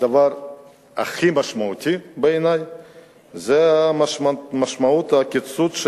הדבר הכי משמעותי בעיני זה משמעות הקיצוץ,